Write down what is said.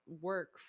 work